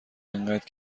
اینقد